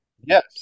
Yes